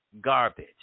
garbage